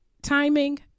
timing